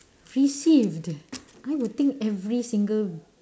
received I would think every single